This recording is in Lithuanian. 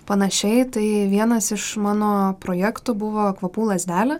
panašiai tai vienas iš mano projektų buvo kvapų lazdelė